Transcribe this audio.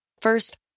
First